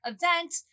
event